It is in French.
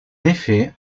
effet